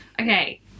Okay